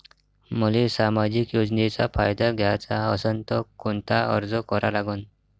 मले सामाजिक योजनेचा फायदा घ्याचा असन त कोनता अर्ज करा लागन?